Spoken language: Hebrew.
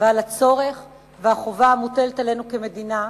ועל הצורך והחובה המוטלים עלינו כמדינה,